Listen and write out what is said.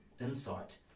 insight